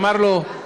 אמר לו: